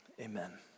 amen